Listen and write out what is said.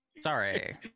sorry